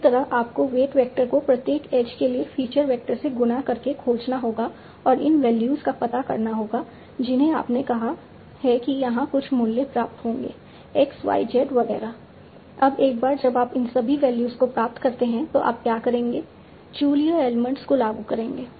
इसी तरह आपको वेट वेक्टर को प्रत्येक एज के लिए फीचर वेक्टर से गुणा करके खोजना होगा और इन वैल्यूज़ को प्राप्त करना होगा जिन्हें आपने कहा है कि यहां कुछ मूल्य प्राप्त होंगे x y z वगैरह अब एक बार जब आप इन सभी वैल्यूज़ को प्राप्त करते हैं तो आप क्या करेंगे चू लियू एडमंड्स को लागू करेंगे